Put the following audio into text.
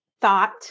thought